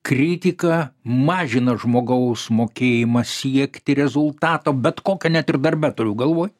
kritika mažina žmogaus mokėjimą siekti rezultato bet kokia net ir darbe turiu galvoj